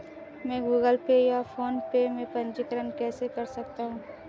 मैं Google pay या PhonePe में पंजीकरण कैसे कर सकता हूँ?